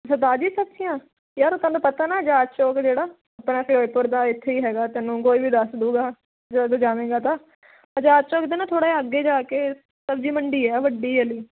ਯਾਰ ਉਹ ਤੈਨੂੰ ਪਤਾ ਨਾ ਅਜ਼ਾਦ ਚੌਂਕ ਜਿਹੜਾ ਆਪਣਾ ਫਿਰੋਜ਼ਪੁਰ ਦਾ ਇੱਥੇ ਹੀ ਹੈਗਾ ਤੈਨੂੰ ਕੋਈ ਵੀ ਦੱਸ ਦੂਗਾ ਜਦੋਂ ਤੂੰ ਜਾਵੇਂਗਾ ਤਾਂ ਅਜ਼ਾਦ ਚੌਂਕ ਦੇ ਨਾ ਥੋੜ੍ਹਾ ਅੱਗੇ ਜਾ ਕੇ ਸਬਜ਼ੀ ਮੰਡੀ ਹੈ ਵੱਡੀ ਵਾਲੀ